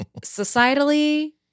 societally